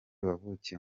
wavukiye